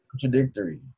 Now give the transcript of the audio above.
contradictory